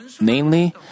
Namely